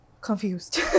confused